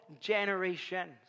generations